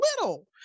little